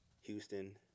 Houston